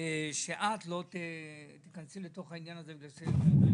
שאת לא תיכנסי לזה עכשיו אני